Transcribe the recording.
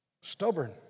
Stubborn